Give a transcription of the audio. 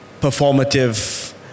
performative